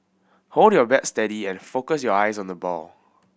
hold your bat steady and focus your eyes on the ball